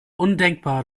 undenkbar